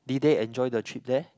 did they enjoy the trip there